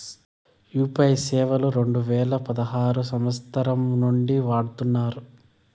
UPI సేవలు రెండు వేల పదహారు సంవచ్చరం నుండి వాడుతున్నారు